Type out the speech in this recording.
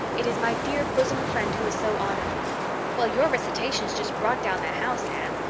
it is my dear bosom friend who is so honored well, your recitations just brought down the house, anne.